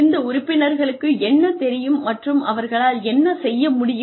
இந்த உறுப்பினர்களுக்கு என்ன தெரியும் மற்றும் அவர்களால் என்ன செய்ய முடியும்